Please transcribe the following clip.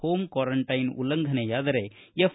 home quarantine ಉಲ್ಲಂಘನೆಯಾದರೆ F